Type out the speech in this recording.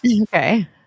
Okay